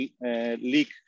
leak